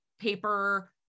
paper